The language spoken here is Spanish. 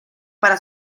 para